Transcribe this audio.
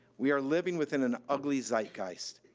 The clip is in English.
we are living within an ugly zeitgeist.